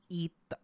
eat